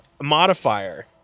modifier